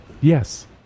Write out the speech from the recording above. Yes